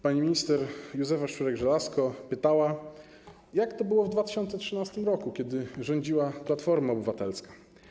Pani minister Józefa Szczurek-Żelazko pytała, jak to było w 2013 r., kiedy rządziła Platforma Obywatelska.